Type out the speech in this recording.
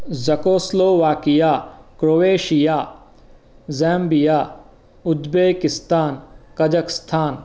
Czechoslovakia Croatia Zambia Uzbekistan Kazakhstan